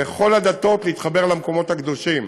להתחבר למקומות הקדושים.